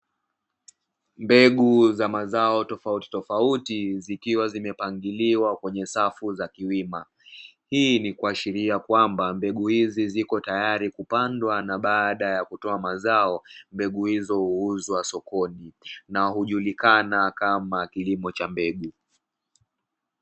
Mbegu za mazao tofauti tofauti zikiwa zimepangiliwa kwenye safu za kiwima, hii ni kuashiria kwamba mbegu hizi ziko tayari kupandwa na baada ya kutoa mazao mbegu hizo huuzwa sokoni na hujulikana kama kilimo cha mbegu.